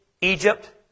Egypt